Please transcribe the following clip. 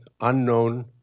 unknown